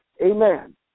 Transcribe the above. Amen